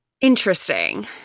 interesting